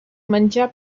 menjar